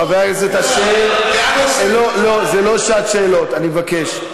חבר הכנסת אשר, לא לא, זו לא שעת שאלות, אני מבקש.